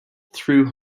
through